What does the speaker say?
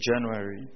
January